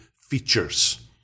features